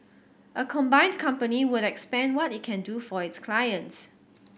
a combined company would expand what it can do for its clients